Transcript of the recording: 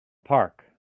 park